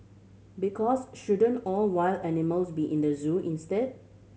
because shouldn't all wild animals be in the zoo instead